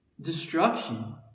destruction